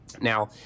Now